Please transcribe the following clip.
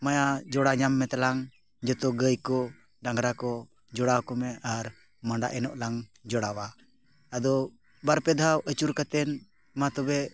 ᱢᱟᱭᱟ ᱡᱚᱲᱟ ᱧᱟᱢ ᱢᱮ ᱛᱟᱞᱟᱝ ᱡᱚᱛᱚ ᱜᱟᱹᱭ ᱠᱚ ᱰᱟᱝᱨᱟ ᱠᱚ ᱡᱚᱲᱟᱣ ᱠᱚᱢᱮ ᱟᱨ ᱢᱟᱰᱟ ᱮᱱᱚᱜ ᱞᱟᱝ ᱡᱚᱲᱟᱣᱟ ᱟᱫᱚ ᱵᱟᱨ ᱯᱮ ᱫᱷᱟᱣ ᱟᱹᱪᱩᱨ ᱠᱟᱛᱮᱫ ᱢᱟ ᱛᱚᱵᱮ